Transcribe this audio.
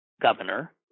governor